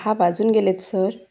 दहा वाजून गेलेत सर